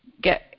get